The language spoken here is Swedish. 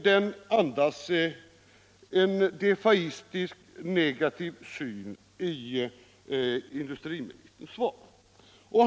Det är en defaitistisk och negativ syn = problem i industriministerns svar.